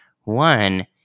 One